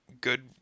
good